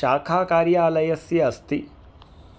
शाखाकार्यालयस्य अस्ति